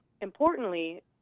Importantly